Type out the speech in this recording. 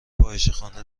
فاحشهخانه